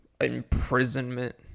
imprisonment